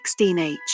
16H